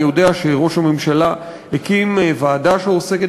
אני יודע שראש הממשלה הקים ועדה שעוסקת